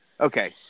Okay